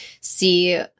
see